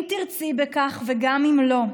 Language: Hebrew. אם תרצי בכך ואם לא,